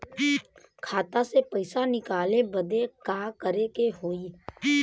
खाता से पैसा निकाले बदे का करे के होई?